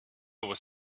was